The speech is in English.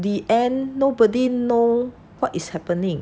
the end nobody know what is happening